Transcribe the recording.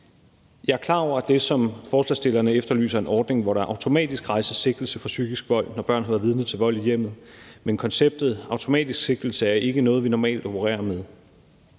Jeg er klar over, at det, som forslagsstillerne efterlyser, er en ordning, hvor der automatisk rejses sigtelse for psykisk vold, når børn har været vidne til vold i hjemmet. Men konceptet med automatisk sigtelse er ikke noget, vi normalt opererer med,